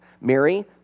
Mary